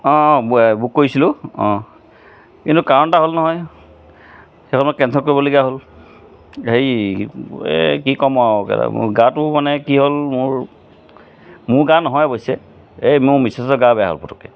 অঁ বুক কৰিছিলো অঁ কিন্তু কাৰণ এটা হ'ল নহয় সেইখন মই কেঞ্চেল কৰিবলগীয়া হ'ল হেৰি কি কম আৰু গাটো মানে কি হ'ল মোৰ মোৰ গা নহয় অৱশ্যে এই মোৰ মিচেছৰ গা বেয়া হ'ল পতককৈ